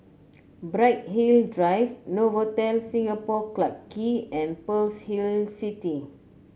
Bright Hill Drive Novotel Singapore Clarke Quay and Pearl's Hill City